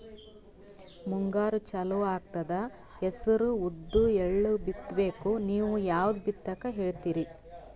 ಮುಂಗಾರು ಚಾಲು ಆಗ್ತದ ಹೆಸರ, ಉದ್ದ, ಎಳ್ಳ ಬಿತ್ತ ಬೇಕು ನೀವು ಯಾವದ ಬಿತ್ತಕ್ ಹೇಳತ್ತೀರಿ?